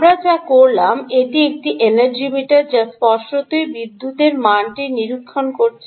আমরা যা করলাম এটি একটি এনার্জি মিটার যা স্পষ্টতই বিদ্যুতের মানটি নিরীক্ষণ করছে